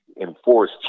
enforce